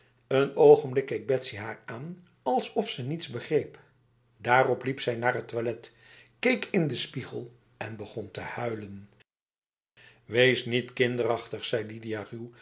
een ogenblik keek betsy haar aan alsof ze niets begreep daarop liep zij naar het toilet keek in de spiegel en begon te huilen wees niet kinderachtig zei